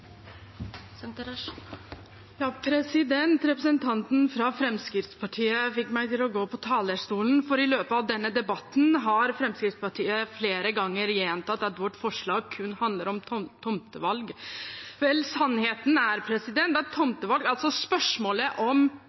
Representanten fra Fremskrittspartiet fikk meg til å gå på talerstolen, for i løpet av denne debatten har Fremskrittspartiet flere ganger gjentatt at vårt forslag kun handler om tomtevalg. Sannheten er at tomtevalg – altså spørsmålet om